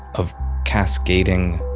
of cascading